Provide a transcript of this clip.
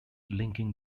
linking